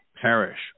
perish